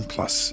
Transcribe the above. Plus